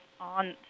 on